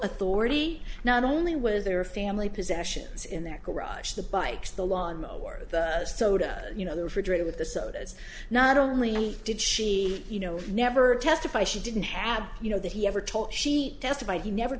authority not only was there a family possessions in their garage the bikes the lawnmower the soda you know the refrigerator with the sodas not only did she you know never testify she didn't have you know that he ever told she testified he never